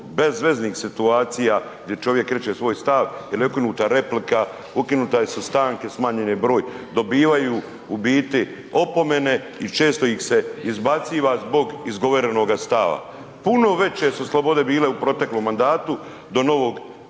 bezveznih situacija gdje čovjek reče svoj stav ili ukinuta replika, ukinuta sa stanke, smanjen je broj, dobivaju u biti opomene i često ih se izbaciva zbog izgovorenoga stava. Puno veće su slobode bile u proteklom mandatu do novog